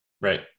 Right